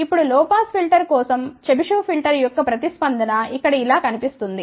ఇప్పుడు low pass filter కోసం Chebyshev filter యొక్క ప్రతిస్పందన ఇక్కడ ఇలా కనిపిస్తుంది